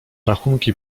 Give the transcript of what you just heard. rachunki